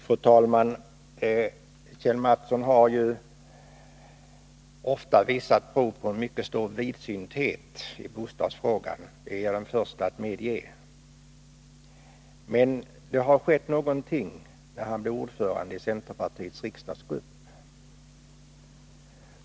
Fru talman! Kjell Mattsson har ofta visat prov på mycket stor vidsynthet i bostadsfrågan. Det är jag den förste att medge. Men det har skett någonting sedan han blev ordförande i centerpartiets riksdagsgrupp.